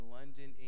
London